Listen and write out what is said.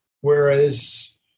Whereas